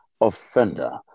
offender